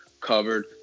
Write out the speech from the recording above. covered